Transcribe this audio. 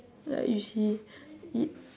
like you see it